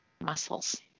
Muscles